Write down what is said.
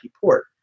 port